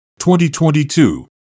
2022